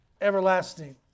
Everlasting